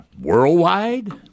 worldwide